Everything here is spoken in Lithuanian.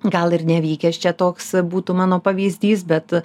gal ir nevykęs čia toks būtų mano pavyzdys bet